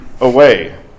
away